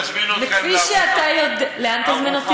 אנחנו נזמין אתכם לארוחה, לאן תזמין אותי?